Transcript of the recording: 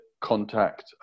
contact